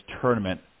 tournament